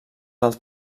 del